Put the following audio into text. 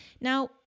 Now